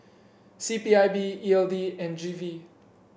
C P I B E L D and G V